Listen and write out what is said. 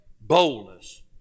Boldness